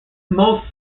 most